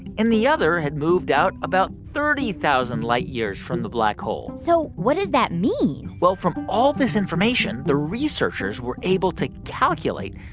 and the other had moved out about thirty thousand light years from the black hole so what does that mean? well, from all this information, the researchers were able to calculate,